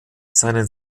seinen